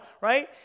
right